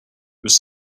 was